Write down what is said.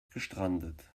gestrandet